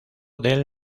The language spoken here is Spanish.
del